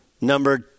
Number